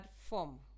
form